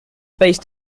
based